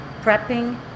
prepping